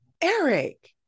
Eric